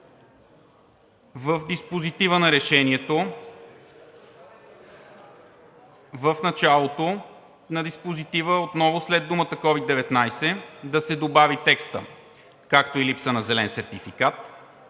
В диспозитива на Решението: в началото на диспозитива, отново след думите „COVID-19“ да се добави текстът „както и липса на зелен сертификат“.